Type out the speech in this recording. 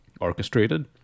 orchestrated